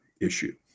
issue